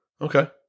Okay